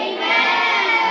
Amen